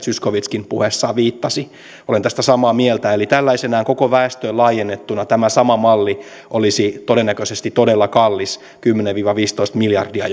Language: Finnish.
zyskowiczkin puheessaan viittasi olen tästä samaa mieltä eli tällaisenaan koko väestöön laajennettuna tämä sama malli olisi todennäköisesti todella kallis jopa kymmenen viiva viisitoista miljardia